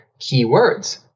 keywords